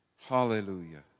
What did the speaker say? Hallelujah